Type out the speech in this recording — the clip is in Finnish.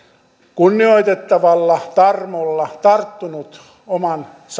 kunnioitettavalla tarmolla tarttunut oman